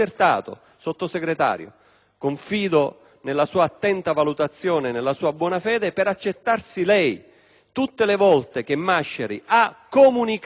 Sottosegretario, nella sua attenta valutazione e nella sua buona fede affinché accerti lei tutte le volte che Masciari ha comunicato